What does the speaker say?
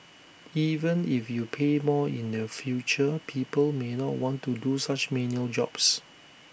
even if you pay more in the future people may not want to do such menial jobs